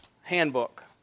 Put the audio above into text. handbook